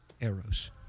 arrows